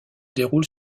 déroule